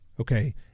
Okay